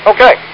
Okay